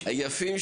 שלום, ענבל.